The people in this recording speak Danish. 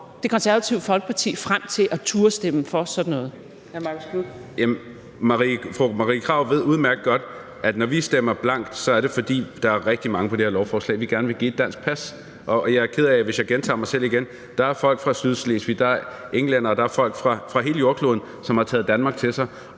(Trine Torp): Hr. Marcus Knuth. Kl. 10:27 Marcus Knuth (KF): Fru Marie Krarup ved udmærket godt, at når vi stemmer blankt, er det, fordi der er rigtig mange på det her lovforslag, vi gerne vil give et dansk pas. Og jeg er ked af, hvis jeg gentager mig selv igen: Der er folk fra Sydslesvig, der er englændere, der er folk fra hele jordkloden, som har taget Danmark til sig,